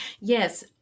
Yes